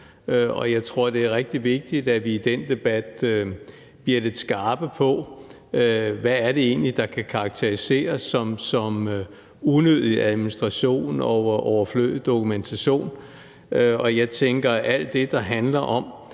og jeg tror, at det er rigtig vigtigt, at vi i den debat bliver lidt skarpe på, hvad det egentlig er, der kan karakteriseres som unødig administration og overflødig dokumentation, og jeg tænker, at alt det, der handler om,